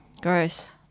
Gross